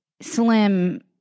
slim